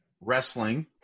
wrestling